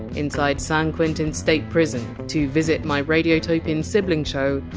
inside san quentin state prison, to visit my radiotopian sibling show,